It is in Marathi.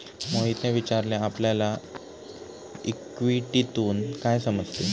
मोहितने विचारले आपल्याला इक्विटीतून काय समजते?